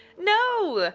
no,